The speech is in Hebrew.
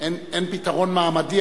אין פתרון מעמדי,